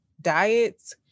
diets